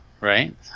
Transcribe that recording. right